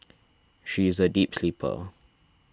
she is a deep sleeper